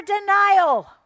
denial